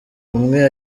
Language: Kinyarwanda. umwe